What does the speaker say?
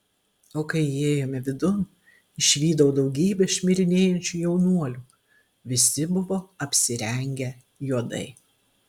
o kai įėjome vidun išvydau daugybę šmirinėjančių jaunuolių visi buvo apsirengę juodai